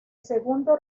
segundo